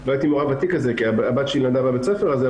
לא הייתי מעורב בתיק הזה כי הבת שלי למדה בבית הספר הזה,